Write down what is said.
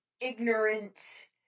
ignorant